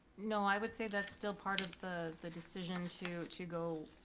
no i would say that's still part of the the decision to to go,